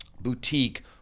boutique